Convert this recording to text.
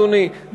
אדוני,